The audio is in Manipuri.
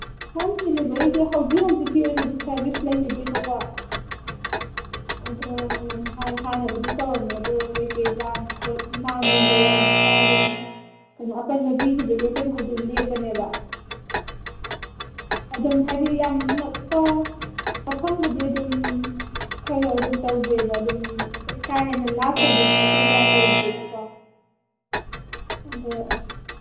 ꯍꯣꯝ ꯗꯤꯂꯤꯚꯔꯤꯁꯤ ꯍꯧꯖꯤꯛ ꯍꯧꯖꯤꯛꯀꯤ ꯑꯣꯏꯅꯗꯤ ꯁꯔꯚꯤꯁ ꯂꯩꯖꯗꯦꯕꯀꯣ ꯑꯗꯣ ꯍꯥꯟꯅꯕꯨꯗꯤ ꯇꯧꯔꯝꯃꯦ ꯑꯗꯨ ꯀꯩꯀꯩ ꯂꯥꯟ ꯈꯣꯠ ꯂꯥꯟ ꯅꯨꯡ ꯀꯩꯀꯔꯥꯅ ꯈꯔ ꯑꯗꯨꯝ ꯀꯩꯅꯣ ꯑꯄꯟꯕ ꯄꯤꯈꯤꯕꯒꯤ ꯑꯩꯈꯣꯏꯅ ꯍꯧꯖꯤꯛ ꯂꯦꯞꯄꯅꯦꯕ ꯑꯗꯨꯝ ꯍꯥꯏꯗꯤ ꯌꯥꯝ ꯅꯛꯄ ꯃꯐꯝꯕꯨꯗꯤ ꯑꯗꯨꯝ ꯈꯔ ꯑꯗꯨꯝ ꯇꯧꯖꯩꯕ ꯑꯗꯨꯝ ꯀꯥ ꯍꯦꯟꯅ ꯂꯥꯞꯈ꯭ꯔꯗꯤ ꯑꯗꯨꯝ ꯑꯩꯈꯣꯏ ꯀꯌꯥ ꯇꯧꯗ꯭ꯔꯦꯕꯀꯣ ꯑꯗꯣ